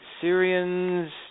Syrians